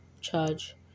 charge